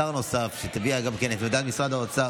שר נוסף שיביע את עמדת משרד האוצר,